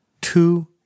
Two